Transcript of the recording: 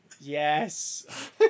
Yes